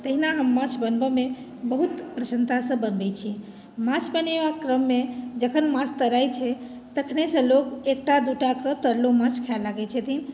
तहिना हम माछ बनबयमे बहुत प्रसन्नतासँ बनबैत छी माछ बनेबाक क्रममे जखन माछ तराइत छै तखनेसँ लोक एकटा दू टाके तरलो माछ खाय लगैत छथिन